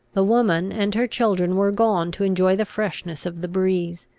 the woman and her children were gone to enjoy the freshness of the breeze.